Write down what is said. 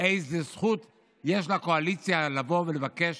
איזה זכות יש לקואליציה לבוא ולבקש